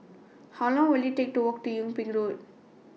How Long Will IT Take to Walk to Yung Ping Road